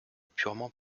purement